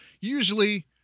Usually